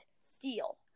steal